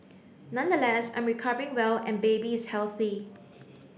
nonetheless I'm recovering well and baby is healthy